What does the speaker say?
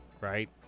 right